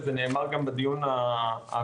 וזה נאמר גם בדיון הקודם,